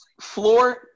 floor